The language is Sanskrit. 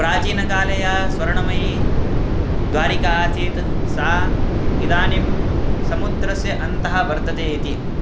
प्राचीनकाले या स्वर्णमयी द्वारिका आसीत् सा इदानीं समुद्रस्य अन्तः वर्तते इति